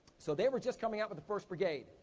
so, they were just coming out with the first brigade,